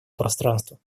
пространства